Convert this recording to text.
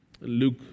Luke